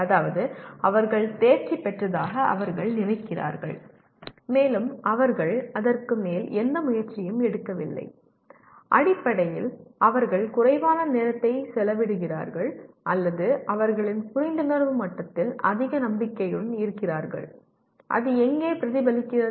அதாவது அவர்கள் தேர்ச்சி பெற்றதாக அவர்கள் நினைக்கிறார்கள் மேலும் அவர்கள் அதற்கு மேல் எந்த முயற்சியும் எடுக்கவில்லை அடிப்படையில் அவர்கள் குறைவான நேரத்தை செலவிடுகிறார்கள் அல்லது அவர்களின் புரிந்துணர்வு மட்டத்தில் அதிக நம்பிக்கையுடன் இருக்கிறார்கள் அது எங்கே பிரதிபலிக்கிறது